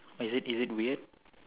is it is it weird